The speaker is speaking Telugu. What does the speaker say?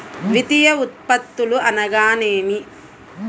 ద్వితీయ ఉత్పత్తులు అనగా నేమి?